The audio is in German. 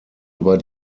über